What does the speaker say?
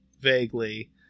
vaguely